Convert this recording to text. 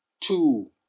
two